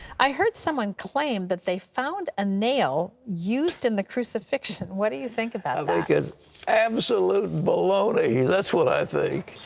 i heard someone claim that they found a nail used in the crucifixion. what do you think about absolute baloney. that's what i think.